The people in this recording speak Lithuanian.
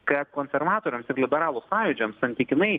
kad konservatoriams ir liberalų sąjūdžiams santykinai